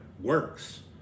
works